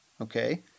okay